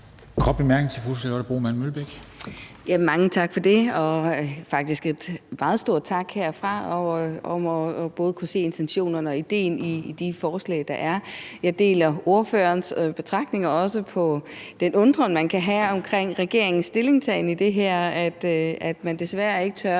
Mølbæk. Kl. 11:35 Charlotte Broman Mølbæk (SF): Mange tak for det, og faktisk en meget stor tak herfra for både at kunne se intentionerne bag og idéen i de forslag, der er. Jeg deler ordførerens betragtninger – også den undren, man kan have om regeringens stillingtagen til det her, altså at man desværre ikke tør